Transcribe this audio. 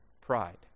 pride